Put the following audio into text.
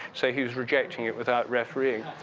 so, he was rejecting it without refereeing.